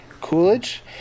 Coolidge